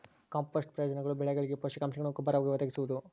ಕಾಂಪೋಸ್ಟ್ನ ಪ್ರಯೋಜನಗಳು ಬೆಳೆಗಳಿಗೆ ಪೋಷಕಾಂಶಗುಳ್ನ ಗೊಬ್ಬರವಾಗಿ ಒದಗಿಸುವುದು